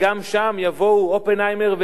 שגם שם יבואו אופנהיימר,